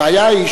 הבעיה היא,